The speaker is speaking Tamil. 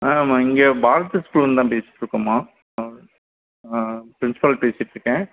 ஆமாம் இங்கே பாய்ஸ் ஹை ஸ்கூலில்தான் பேசிகிட்ருக்கோம்மா ஆ ஆஆ பிரின்சிபால் பேசிகிட்ருக்கேன்